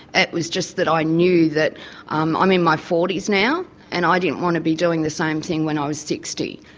it was just that i knew that um i'm in my forty s now and i didn't want to be doing the same thing when i was sixty.